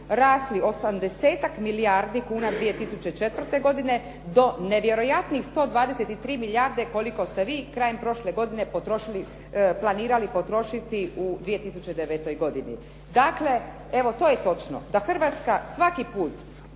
milijardi kuna 2004. godine do nevjerojatnih 123 milijarde koliko ste vi krajem prošle godine potrošili, planirali potrošiti u 2009. godini. Dakle, evo to je točno, da Hrvatska svaki put